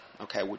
Okay